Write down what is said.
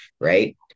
right